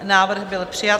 Návrh byl přijat.